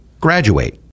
graduate